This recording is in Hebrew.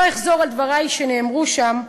לא אחזור על דברי שנאמרו שם,